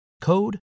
code